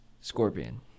Scorpion